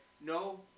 No